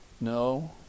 No